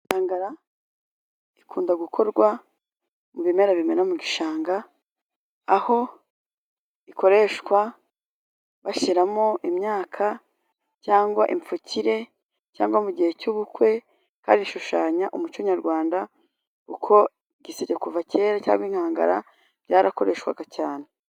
Inkangara ikunda gukorwa mu bimera bimera mu bishanga, aho ikoreshwa bashyiramo imyaka cyangwa imfukire, cyangwa mu gihe cy'ubukwe, kandi ishushanya umuco nyarwanda, kuko igiseke kuva kera cyangwa inkangara byarakoreshwaga cyane.